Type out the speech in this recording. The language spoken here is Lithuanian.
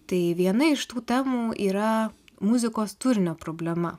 tai viena iš tų temų yra muzikos turinio problema